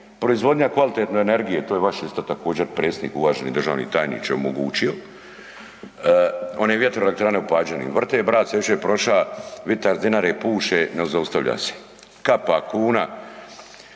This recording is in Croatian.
Proizvodnja kvalitetne energije, to je vaš isto također, predstavnik uvaženi državni tajniče omogućio, one vjetroelektrane u Pađenima, .../Govornik se ne razumije./... vitar s Dinare puše, ne zaustavlja se. Kapa kuna,